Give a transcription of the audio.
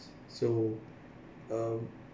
so um